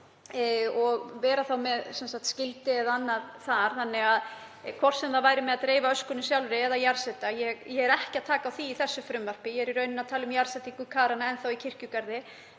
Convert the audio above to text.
og vera þá með skildi eða annað þar, hvort sem það væri með því að dreifa öskunni sjálfri eða jarðsetja. Ég tek ekki á því í þessu frumvarpi, ég er í rauninni að tala um jarðsetningu keranna enn þá í kirkjugarði.